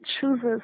chooses